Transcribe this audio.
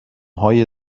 های